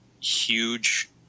huge